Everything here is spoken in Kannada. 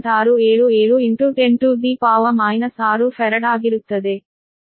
677 10 6 Frad ಆಗಿರುತ್ತದೆ